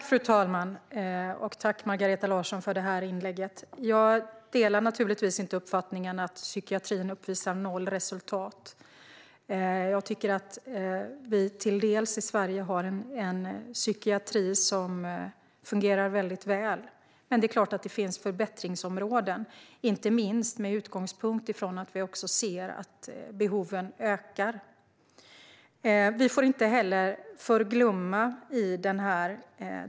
Fru talman! Tack, Margareta Larsson, för inlägget! Jag delar naturligtvis inte uppfattningen att psykiatrin uppvisar noll resultat, utan jag tycker att vi i Sverige delvis har en psykiatri som fungerar väldigt väl. Men det är klart att det finns förbättringsområden, inte minst med utgångspunkt från att vi ser att behoven ökar.